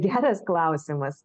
geras klausimas